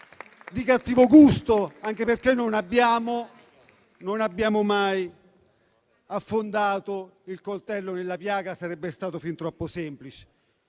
di cattivo gusto, anche perché non abbiamo mai affondato il coltello nella piaga e sarebbe stato fin troppo semplice.